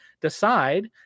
decide